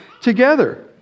together